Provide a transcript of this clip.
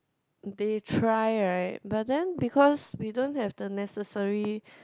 they try right but then because we don't have the necessary